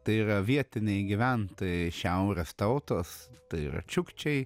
tai yra vietiniai gyventojai šiaurės tautos tai yra čiukčiai